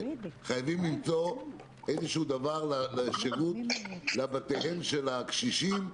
חייבים למצוא איזשהו דבר לשירות לבתיהם של הקשישים,